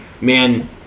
Man